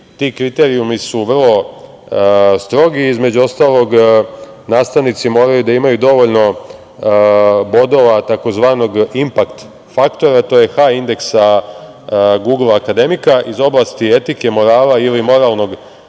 ti kriterijumi su vrlo strogi. Između ostalog, nastavnici moraju da imaju dovoljno bodova tzv. impakt faktora, a to je H-indeksa „Gugl akademika“ iz oblasti etike, morala ili moralnog